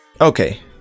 okay